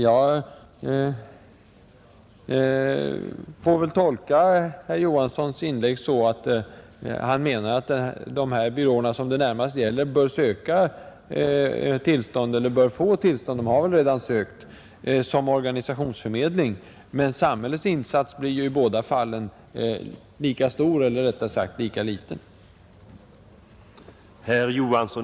Jag får väl tolka herr Johanssons inlägg så att han menar att dessa byråer, som det närmast gäller, bör få tillstånd, som de väl redan har sökt, som organisationsförmedling. Men samhällets insats blir ju i båda fallen lika stor, eller rättare sagt lika liten,